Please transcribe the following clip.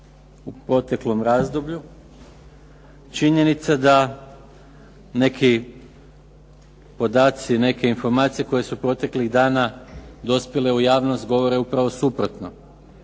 u proteklom razdoblju. Činjenica je da neki podaci, neke informacije koje su proteklih dana dospjele u javnost govore upravo suprotno,